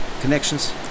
connections